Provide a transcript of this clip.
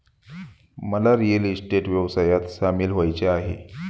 मला real estate व्यवसायात सामील व्हायचे आहे